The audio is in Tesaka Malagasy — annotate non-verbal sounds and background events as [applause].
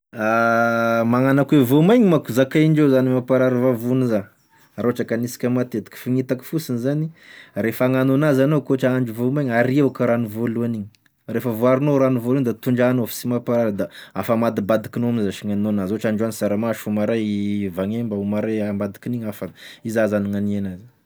[hesitation] Magnano akoa e voamaigny manko zakaindreo zany hoe mamparary vavony za raha ohatry ka anisika matetiky fa gn'hitako fosiny zany rehefa agnano anazy anao k'ohatr ahandro voamaigny ario eky e ranony voalohany rehefa voaarinao rano voalohany igny da tondrahanao fa sy mampa- da afamadibadikinao amizay sh gnaninao enazy ,ohatry androany saramaso, omaray vagnemba, omaray ambadik'omaray hafa iza zany gnany enazy.